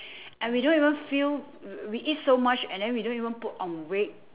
and we don't even feel we eat so much and we don't even put on weight